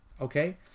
Okay